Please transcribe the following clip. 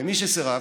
ומי שסירב,